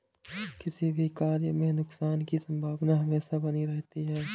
किसी भी कार्य में नुकसान की संभावना हमेशा बनी रहती है